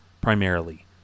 primarily